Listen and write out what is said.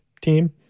team